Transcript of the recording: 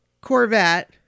Corvette